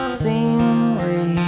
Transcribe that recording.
scenery